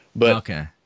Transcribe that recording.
Okay